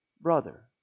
brother